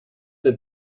der